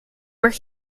where